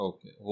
Okay